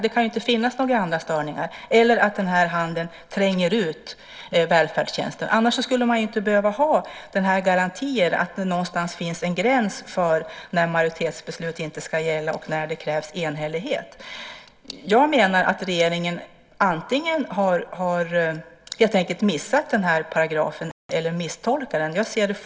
Det kan ju inte finnas några andra störningar än att den här handeln tränger ut välfärdstjänsterna. Annars skulle man inte behöva ha garantier om att det någonstans finns en gräns för när majoritetsbeslut inte ska gälla och det krävs enhällighet. Jag menar att regeringen antingen helt enkelt har missat den här paragrafen eller misstolkat den.